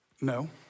No